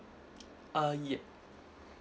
uh ya